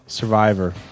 Survivor